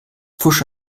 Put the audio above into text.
pfusch